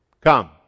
Come